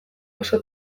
oso